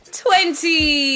twenty